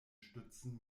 stützen